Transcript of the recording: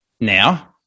now